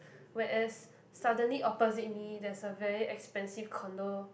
whereas suddenly opposite me there's a very expensive condo